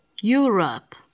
Europe